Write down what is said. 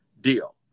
deal